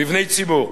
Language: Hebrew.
מבני ציבור,